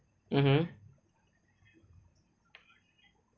mmhmm